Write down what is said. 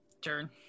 Turn